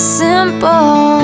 simple